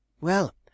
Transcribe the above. Well